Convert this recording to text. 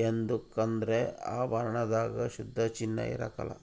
ಯದುಕಂದ್ರ ಆಭರಣದಾಗ ಶುದ್ಧ ಚಿನ್ನ ಇರಕಲ್ಲ